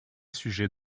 sujet